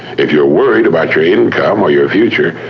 if you're worried about your income or your future,